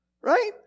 Right